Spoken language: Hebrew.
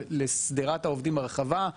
לשדרת העובדים הרחבה.